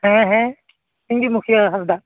ᱦᱮᱸ ᱦᱮᱸ ᱤᱧᱜᱮ ᱢᱩᱠᱷᱤᱭᱟᱹ ᱦᱟᱸᱥᱫᱟᱜ